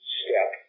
step